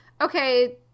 okay